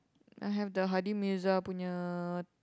I have the Hadi-Mirza punya